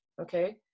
okay